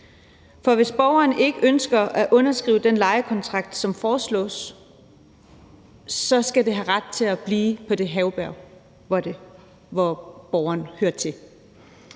for hvis borgeren ikke ønsker at underskrive den lejekontrakt, som foreslås, skal borgeren have ret til at blive på det herberg, hvor borgeren hører til.